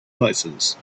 places